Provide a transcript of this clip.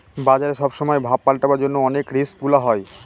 বাজারে সব সময় ভাব পাল্টাবার জন্য অনেক রিস্ক গুলা হয়